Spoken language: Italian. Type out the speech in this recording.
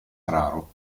raro